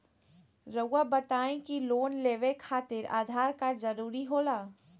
रौआ बताई की लोन लेवे खातिर आधार कार्ड जरूरी होला?